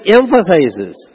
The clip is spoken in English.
emphasizes